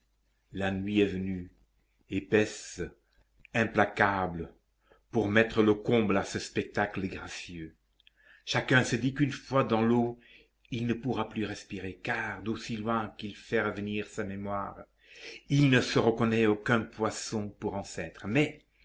la nuit est venue épaisse implacable pour mettre le comble à ce spectacle gracieux chacun se dit qu'une fois dans l'eau il ne pourra plus respirer car d'aussi loin qu'il fait revenir sa mémoire il ne se reconnaît aucun poisson pour ancêtre mais